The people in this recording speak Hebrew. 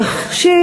ראשית,